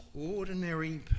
ordinary